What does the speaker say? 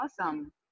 awesome